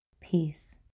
Peace